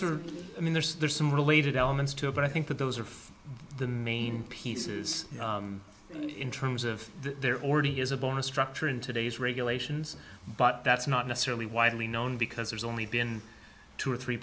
are i mean there's there's some related elements to it but i think that those are the main pieces in terms of there already is a bonus structure in today's regulations but that's not necessarily widely known because there's only been two or three